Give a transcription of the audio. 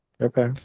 Okay